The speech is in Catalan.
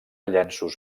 llenços